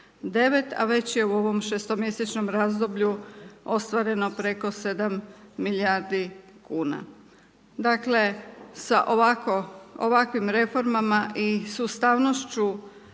a već je u ovom šestomjesečnom razdoblju ostvareno preko 7 milijardi kn. Dakle sa ovakvim reformama i sustavnošću